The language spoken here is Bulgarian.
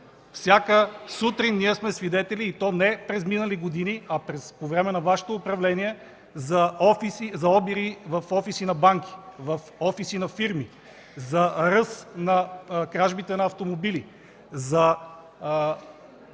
Всяка сутрин ние сме свидетели, и то не през минали години, а по време на Вашето управление, за обири в офиси на банки, в офиси на фирми, за ръст на кражбите на автомобили, за